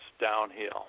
downhill